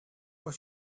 but